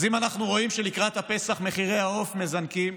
אז אנחנו רואים שלקראת הפסח מחירי העוף מזנקים,